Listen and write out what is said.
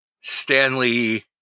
Stanley